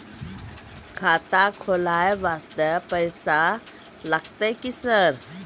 खाता खोलबाय वास्ते पैसो लगते की सर?